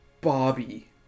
Bobby